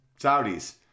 Saudis